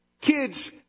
Kids